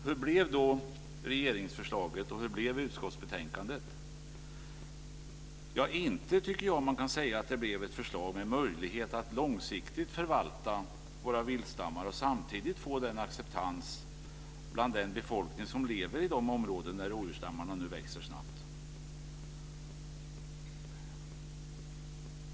Hur blev då regeringsförslaget, och hur blev utskottsbetänkandet? Ja, inte tycker jag att man kan säga att det blev ett förslag med möjlighet att långsiktigt förvalta våra viltstammar och samtidigt få den acceptans bland den befolkning som lever i de områden där rovdjursstammarna nu växer snabbt.